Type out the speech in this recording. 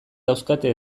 dauzkate